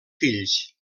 fills